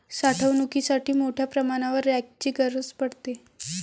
साठवणुकीसाठी मोठ्या प्रमाणावर रॅकची गरज पडते